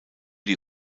die